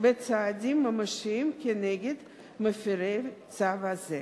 צעדים ממשיים כנגד מפירי הצו הזה?